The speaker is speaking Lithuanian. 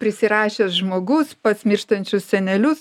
prisirašęs žmogus pas mirštančius senelius